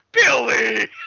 Billy